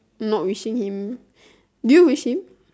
not wishing him do you wish him